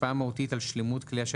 "השפעה מהותית על שלמות כלי השיט,